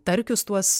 tarkius tuos